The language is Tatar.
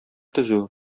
төзү